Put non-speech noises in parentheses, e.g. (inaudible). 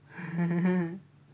(laughs)